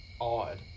odd